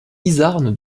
izarn